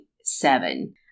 seven